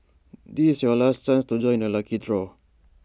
this is your last chance to join the lucky draw